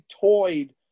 toyed